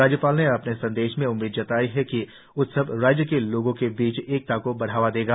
राज्यपाल ने अपने संदेश में उम्मीद जताई कि उत्सव राज्य के लोगों के बीच एकता को बढ़ावा देगा